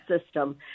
system